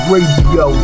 Radio